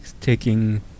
taking